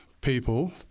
people